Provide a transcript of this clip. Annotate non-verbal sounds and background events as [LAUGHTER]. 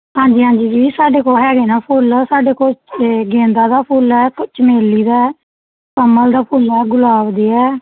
ਹਾਂਜੀ ਹਾਂਜੀ ਜੀ ਸਾਡੇ ਕੋਲ ਹੈਗੇ ਨਾ ਫੁੱਲ ਸਾਡੇ ਕੋਲ ਗੇਂਦਾ ਦਾ ਫੁੱਲ ਹੈ [UNINTELLIGIBLE] ਚਮੇਲੀ ਦਾ ਕਮਲ ਦਾ ਫੁੱਲ ਆ ਗੁਲਾਬ ਦੇ ਹੈ